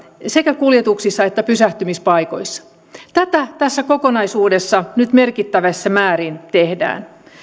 sekä kuljetuksissa että pysähtymispaikoissa tätä tässä kokonaisuudessa nyt merkittävissä määrin tehdään